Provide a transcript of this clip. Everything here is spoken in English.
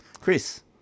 Chris